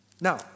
Now